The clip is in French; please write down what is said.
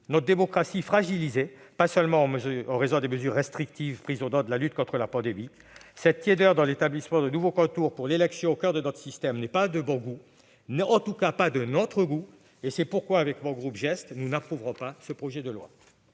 notre démocratie fragilisée, pas seulement en raison des mesures restrictives prises au nom de la lutte contre la pandémie. Cette tiédeur dans l'établissement de nouveaux contours pour l'élection qui est au coeur de notre système n'est pas de bon goût, en tout cas pas de notre goût. C'est pourquoi le groupe GEST n'approuvera pas ce projet de loi.